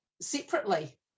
separately